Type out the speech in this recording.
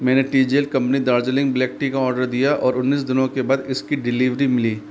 मैंने T G L company Darjeeling black tea का order दिया और उन्नीस दिनों के बाद इसकी डिलीवरी मिली